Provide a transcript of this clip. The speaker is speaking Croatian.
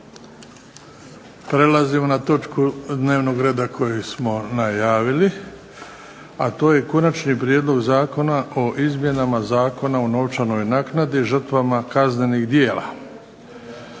Prelazimo na točku dnevnog reda koju smo najavili, a to je –- Konačni prijedlog Zakona o izmjenama Zakona o novčanoj naknadi žrtvama kaznenih djela,